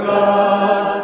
God